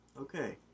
Okay